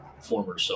Former